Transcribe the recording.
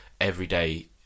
everyday